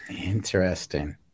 Interesting